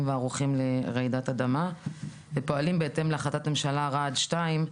וערוכים לרעידת אדמה ופועלים בהתאם להחלטת ממשלה רע"ד 2,